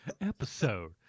episode